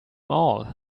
all